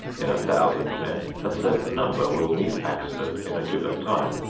in a thousand men, a certain number will meet accident in a given time.